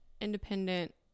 independent